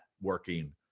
working